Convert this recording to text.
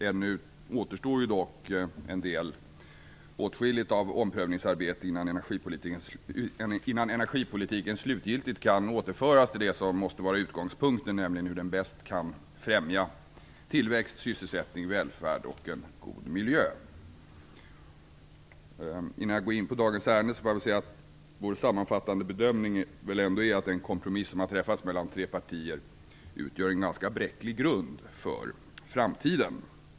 Ännu återstår dock åtskilligt av omprövningsarbete innan energipolitiken slutgiltigt kan återföras till det som måste vara utgångspunkten, nämligen hur den bäst kan främja tillväxt, sysselsättning, välfärd och en god miljö. Innan jag går in på dagens ärende vill jag säga att vår sammanfattande bedömning är att den kompromiss som har träffats mellan tre partier utgör en ganska bräcklig grund för framtiden.